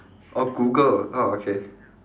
oh Google oh okay